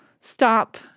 stop